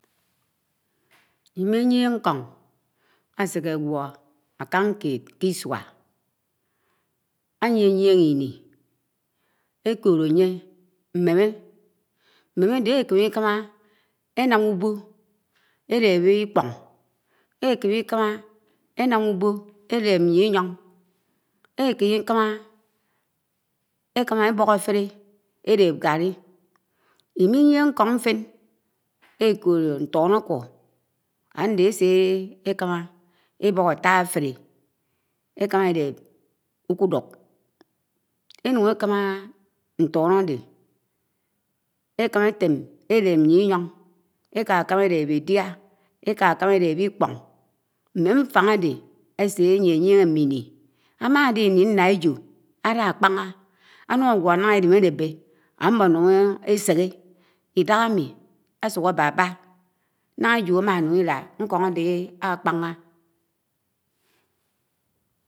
Ínmiyie ñko ásekegwo ákan kèd kè ísua àyie ýiene íni, éko̱d ánye, m̄meme. M̄meme áde èkeme íkama énam úbo̱, élem íkpo̱n ékéme íkamà énam ùbo, élem m̄iyon, ékemé íkama, ékam̄a ébok átelé, ekép ńkaíi, ímiyie ñko̱n ñfén èko̱lo̱ ńto̱n okú, áde ése ékam̄a ébo̱k átta áfele, èkaría élep ñkudúk, énun ékam̄a ñton áde, èkamà etém élep Ik̄po̱n, m̄me ñtang ádeváseyieȳieñe m̄mi iñi, ámade íñi nña ejo̱, āna kp̄ana ánun ágwo̱ ńah èlim álebe, am̄mo̱ énun ésehe. Idāhami, āsuk ābaba, ñna ej́o̱ ámánun íla, ñko̱n áde ak̄pan̄a.